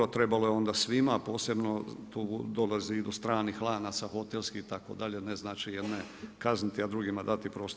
Trebalo je onda svima posebno tu dolazi do stranih lanaca hotelskih itd., ne znači jedne kazniti, a drugima dati prostor.